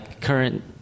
current